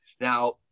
now